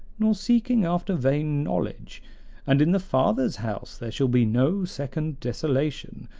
nor seeking after vain knowledge and in the father's house there shall be no second desolation,